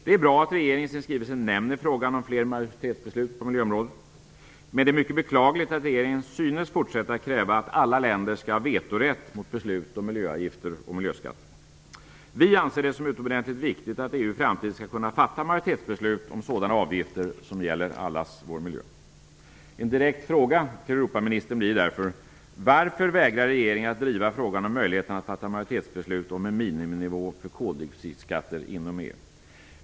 Det är bra att regeringen i sin skrivelse nämner frågan om fler majoritetsbeslut på miljöområdet, men det är mycket beklagligt att regeringen synes fortsätta kräva att alla länder skall ha vetorätt mot beslut om miljöavgifter och miljöskatter. Vi anser det som utomordentligt viktigt att EU i framtiden skall kunna fatta majoritetsbeslut om sådana avgifter som gäller allas vår miljö. En direkt fråga till Europaministern blir därför: Varför vägrar regeringen att driva frågan om möjligheten att fatta majoritetsbeslut om en miniminivå för koldioxidskatter inom EU?